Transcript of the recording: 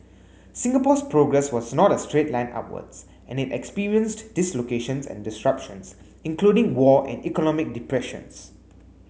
Singapore's progress was not a straight line upwards and it experienced dislocations and disruptions including war and economic depressions